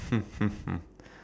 hmm hmm hmm